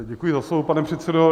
Děkuji za slovo, pane předsedo.